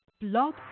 Blog